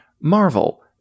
Marvel